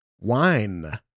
Wine